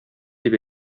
дип